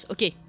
Okay